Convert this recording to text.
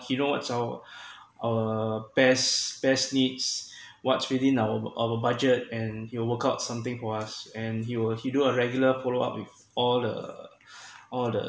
he know what's our our best best needs what's within our our budget and he'll workout something for us and he will he do a regular follow up with all the all the